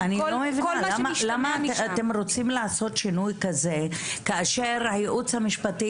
אני לא מבינה למה אתם רוצים לעשות שינוי כזה כאשר הייעוץ המשפטי